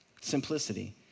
simplicity